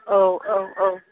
औ औ औ